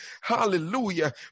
hallelujah